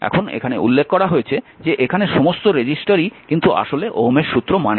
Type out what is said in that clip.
এখন এখানে উল্লেখ করা হয়েছে যে এখানে সমস্ত রেজিস্টরই কিন্তু আসলে ওহমের সূত্র মানে না